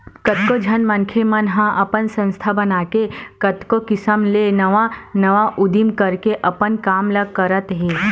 कतको झन मनखे मन ह अपन संस्था बनाके कतको किसम ले नवा नवा उदीम करके अपन काम ल करत हे